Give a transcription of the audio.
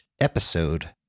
episode